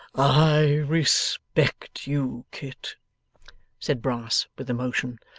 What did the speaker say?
i respect you, kit said brass with emotion.